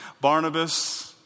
Barnabas